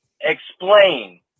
explain